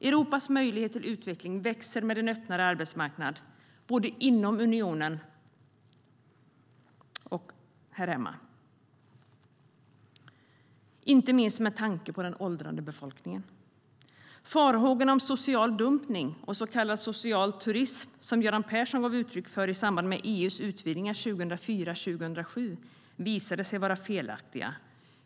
Europas möjlighet till utveckling växer med en öppnare arbetsmarknad, både inom unionen och här hemma, inte minst med tanke på den åldrande befolkningen. Farhågorna om social dumpning och så kallad social turism som Göran Persson gav uttryck för i samband med EU:s utvidgningar 2004-2007 visade sig vara felaktiga.